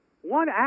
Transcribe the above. one